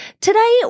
Today